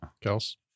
Kels